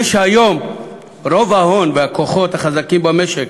זה שהיום רוב ההון והכוחות החזקים במשק